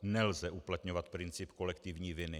Nelze uplatňovat princip kolektivní viny.